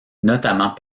notamment